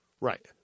Right